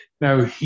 now